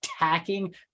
attacking